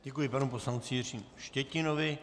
Děkuji panu poslanci Jiřímu Štětinovi.